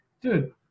dude